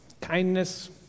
kindness